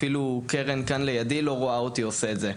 אפילו קרן, כאן לידי, לא רואה אותי עושה את זה.